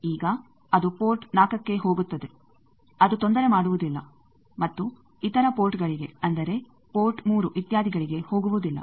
ಈಗ ಅದು ಪೋರ್ಟ್ 4ಗೆ ಹೋಗುತ್ತದೆ ಅದು ತೊಂದರೆ ಮಾಡುವುದಿಲ್ಲ ಮತ್ತು ಇತರ ಪೋರ್ಟ್ಗಳಿಗೆ ಅಂದರೆ ಪೋರ್ಟ್3 ಇತ್ಯಾದಿಗಳಿಗೆ ಹೋಗುವುದಿಲ್ಲ